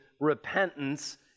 repentance